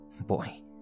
Boy